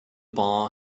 bar